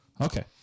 Okay